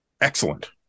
excellent